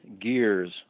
gears